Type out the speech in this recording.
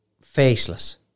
faceless